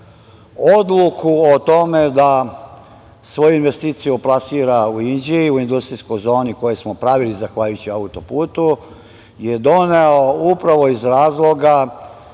odluku o tome da svoju investiciju plasira u Inđiji, u industrijskoj zoni koju smo pravili zahvaljujući autoputu, je doneo upravo iz razloga